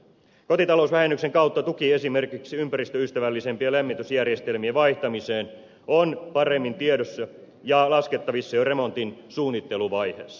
kotitalousvähennyksen kautta tuki esimerkiksi ympäristöystävällisempien lämmitysjärjestelmien vaihtamiseen on paremmin tiedossa ja laskettavissa jo remontin suunnitteluvaiheessa